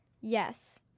Yes